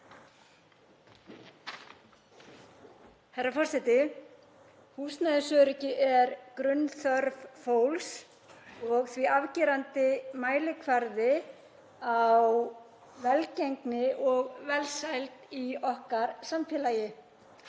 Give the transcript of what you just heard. Herra forseti. Húsnæðisöryggi er grunnþörf fólks og því afgerandi mælikvarði á velgengni og velsæld í okkar samfélagi.